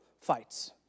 fights